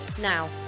Now